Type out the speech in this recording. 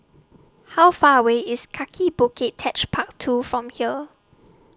How Far away IS Kaki Bukit Techpark two from here